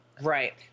right